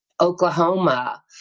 Oklahoma